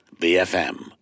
BFM